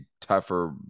tougher